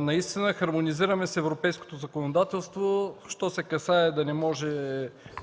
Наистина хармонизираме с европейското законодателство, що се касае до това да не може